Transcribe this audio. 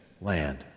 land